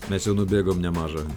mes jau nubėgom nemažą